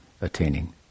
attaining